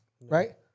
right